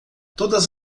todas